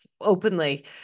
openly